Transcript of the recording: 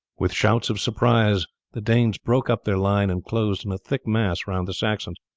with shouts of surprise the danes broke up their line and closed in a thick mass round the saxons,